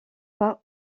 pas